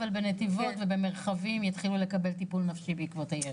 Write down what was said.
אבל בנתיבות ובמרחבים יתחילו לקבל טיפול נפשי בעקבות הירי.